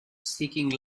seeking